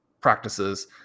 practices